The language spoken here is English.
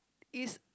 it's